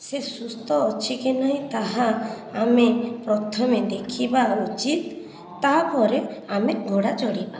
ସେ ସୁସ୍ଥ ଅଛି କି ନାହିଁ ତାହା ଆମେ ପ୍ରଥମେ ଦେଖିବା ଉଚିତ୍ ତାପରେ ଆମେ ଘୋଡ଼ା ଚଢ଼ିବା